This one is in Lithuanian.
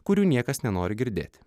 kurių niekas nenori girdėti